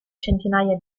centinaia